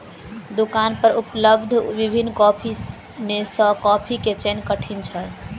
दुकान पर उपलब्ध विभिन्न कॉफ़ी में सॅ कॉफ़ी के चयन कठिन छल